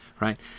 Right